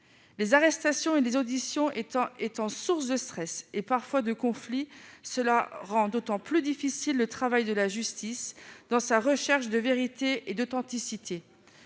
Les arrestations et les auditions sont une source de stress, et parfois de conflits, et cela rend d'autant plus difficile le travail de la justice dans sa recherche de vérité et d'authenticité.